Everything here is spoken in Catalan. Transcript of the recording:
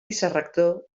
vicerector